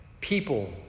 People